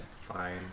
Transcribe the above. Fine